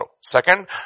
Second